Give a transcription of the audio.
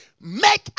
make